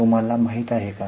तुम्हाला माहित आहे का